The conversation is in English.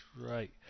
right